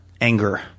anger